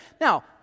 Now